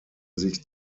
sich